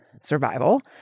survival